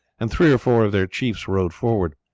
and three or four of their chiefs rode forward.